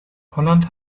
holland